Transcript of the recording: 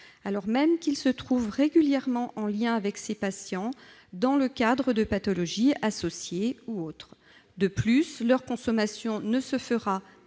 alors même qu'ils se trouvent régulièrement en lien avec ces patients dans le cadre de pathologies associées ou autres. De plus, leur consommation ne se fera,